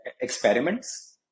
experiments